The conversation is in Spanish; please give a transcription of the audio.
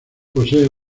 posee